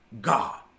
God